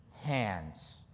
hands